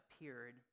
appeared